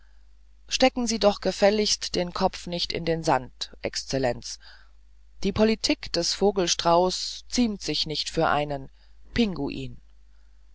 stecken sie doch gefälligst den kopf nicht in den sand exzellenz die politik des vogel strauß ziemt sich nicht für einen pinguin